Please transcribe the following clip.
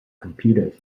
computers